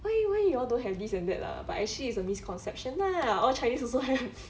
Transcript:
why you why you all don't have this and that lah but actually it's a misconception lah all chinese also have